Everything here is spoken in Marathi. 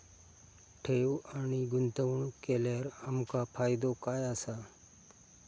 ठेव आणि गुंतवणूक केल्यार आमका फायदो काय आसा?